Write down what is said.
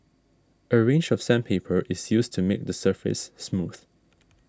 a range of sandpaper is used to make the surface smooth